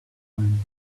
when